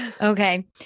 Okay